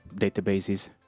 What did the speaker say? databases